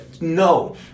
no